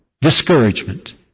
discouragement